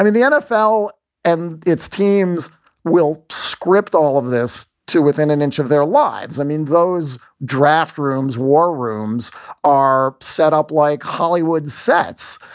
the nfl and its teams will script all of this to within an inch of their lives. i mean, those draft rooms, war rooms are set up like hollywood sets.